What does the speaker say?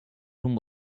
room